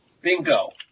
Bingo